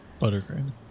buttercream